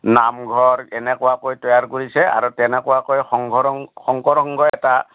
নামঘৰ এনেকুৱাকৈ তৈয়াৰ কৰিছে আৰু তেনেকুৱাকৈ সংঘৰ শংকৰ সংঘয় এটা